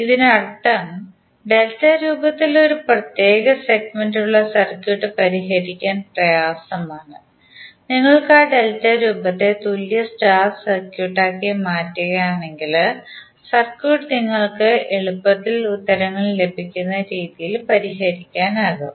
ഇതിനർത്ഥം ഡെൽറ്റ രൂപത്തിൽ ഒരു പ്രത്യേക സെഗ്മെന്റ് ഉള്ള സർക്യൂട്ട് പരിഹരിക്കാൻ പ്രയാസമാണ് നിങ്ങൾക്ക് ആ ഡെൽറ്റ രൂപത്തെ തുല്യ സ്റ്റാർ സർക്യൂട്ട് ആക്കി മാറ്റുകയാണെങ്കിൽ സർക്യൂട്ട് നിങ്ങൾക്ക് എളുപ്പത്തിൽ ഉത്തരങ്ങൾ ലഭിക്കുന്ന രീതിയിൽ പരിഹരിക്കാനാകും